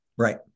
Right